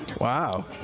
Wow